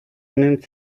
nimmt